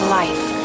life